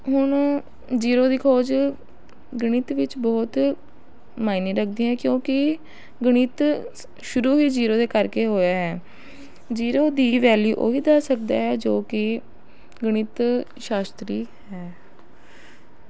ਹੁਣ ਜੀਰੋ ਦੀ ਖੋਜ ਗਣਿਤ ਵਿੱਚ ਬਹੁਤ ਮਾਇਨੇ ਰੱਖਦੀ ਹੈ ਕਿਉਂਕਿ ਗਣਿਤ ਸ ਸ਼ੁਰੂ ਹੀ ਜੀਰੋ ਦੇ ਕਰਕੇ ਹੋਇਆ ਹੈ ਜੀਰੋ ਦੀ ਵੈਲੀਊ ਉਹੀ ਦੱਸ ਸਕਦਾ ਹੈ ਜੋ ਕਿ ਗਣਿਤ ਸ਼ਾਸਤਰੀ ਹੈ